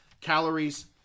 calories